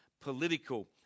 political